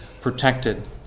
protected